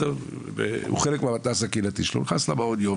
הוא נכנס למעון יום,